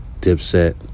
Dipset